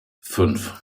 fünf